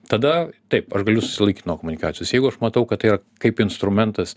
tada taip aš galiu susilaikyt nuo komunikacijos jeigu aš matau kad tai yra kaip instrumentas